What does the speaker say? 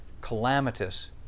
calamitous